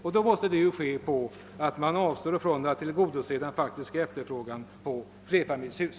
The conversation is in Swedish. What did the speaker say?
Och det måste ske på bekostnad av att tillgodose efterfrågan på flerfamiljshus.